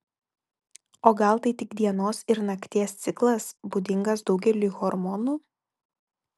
o gal tai tik dienos ir nakties ciklas būdingas daugeliui hormonų